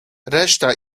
reszta